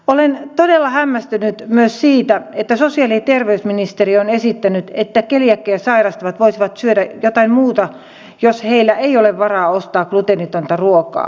olen todella hämmästynyt myös siitä että sosiaali ja terveysministeriö on esittänyt että keliakiaa sairastavat voisivat syödä jotain muuta jos heillä ei ole varaa ostaa gluteenitonta ruokaa